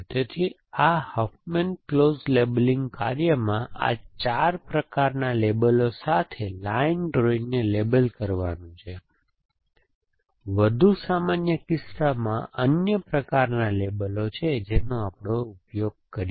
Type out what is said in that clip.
તેથી આ Huffman Clowes labeling કાર્યમાં આ 4 પ્રકારના લેબલો સાથે લાઇન ડ્રોઇંગને લેબલ કરવાનું છે વધુ સામાન્ય કિસ્સામાં અન્ય પ્રકારના લેબલો છે જેનો આપણે ઉપયોગ કરીએ છીએ